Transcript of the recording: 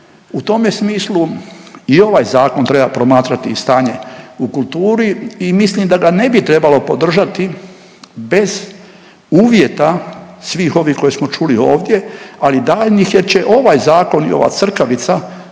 U tome smislu i ovaj zakon treba promatrati i stanje u kulturi i mislim da ga ne bi trebalo podržati bez uvjeta svih ovih koje smo čuli ovdje, ali i daljnjih jer će ovaj zakon i ova crkavica